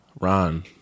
Ron